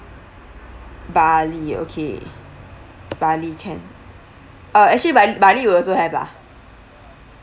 barley okay barley can uh actually barl~ barley we also have lah